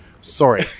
Sorry